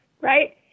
right